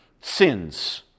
sins